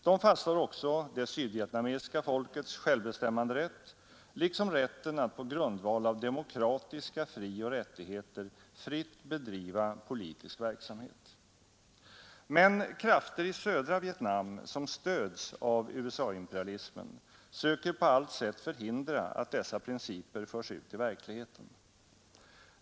De fastslår också det sydvietnamesiska folkets självbestämmanderätt liksom rätten att på grundval av demokratiska frioch rättigheter fritt bedriva politisk verksamhet. Men krafter i södra Vietnam, som stöds av USA-imperialismen, söker på allt sätt förhindra att dessa principer förs ut i verkligheten.